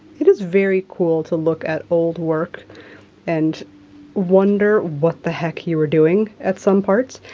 it is very cool to look at old work and wonder what the heck you were doing at some parts,